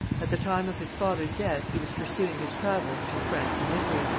at the time of his father's death he was pursuing his travels through france and italy,